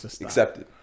accepted